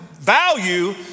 value